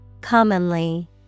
Commonly